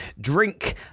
drink